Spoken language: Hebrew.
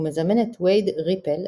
ומזמן את וייד ריפל,